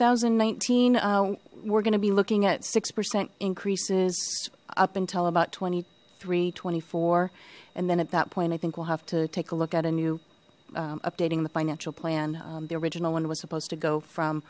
thousand and nineteen we're gonna be looking at six percent increases up until about twenty three twenty four and then at that point i think we'll have to take a look at a new updating the financial plan the original one was supposed to go from